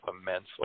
immensely